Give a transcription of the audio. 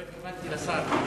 לא התכוונתי לשר.